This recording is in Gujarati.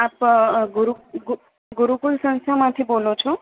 આપ ગુરુ ગુરુકુળ સંસ્થામાંથી બોલો છો